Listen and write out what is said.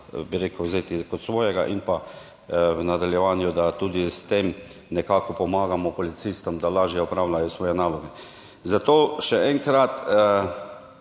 bi rekel, vzeti kot svojega in pa v nadaljevanju, da tudi s tem nekako pomagamo policistom, da lažje opravljajo svoje naloge. Zato še enkrat